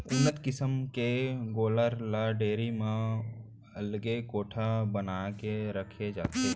उन्नत किसम के गोल्लर ल डेयरी म अलगे कोठा बना के रखे जाथे